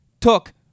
took